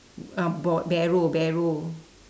uh bo~ barrow barrow